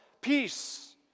Peace